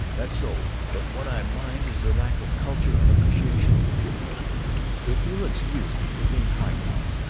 that's so. but what i mind is their lack of culture and appreciation of the beautiful if you'll excuse me for being highbrow.